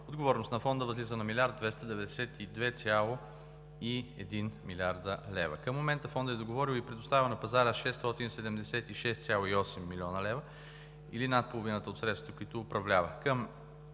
отговорност на Фонда възлиза на 1 млрд. 292 млн. лв. Към момента Фондът е договорил и предоставил на пазара 676,8 млн. лв. или над половината от средствата, които управлява.